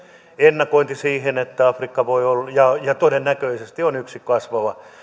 ennakointi siihen että afrikka voi olla ja ja todennäköisesti on yksi kasvava